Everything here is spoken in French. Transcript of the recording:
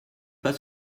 pas